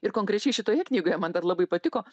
ir konkrečiai šitoje knygoje man dar labai patiko